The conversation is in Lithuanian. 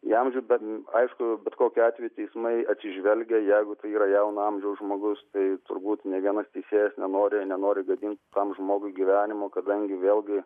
į amžių bet aišku bet kokiu atveju teismai atsižvelgia jeigu tai yra jauno amžiaus žmogus tai turbūt nė vienas teisėjas nenori nenori gadint kam žmogui gyvenimo kadangi vėlgi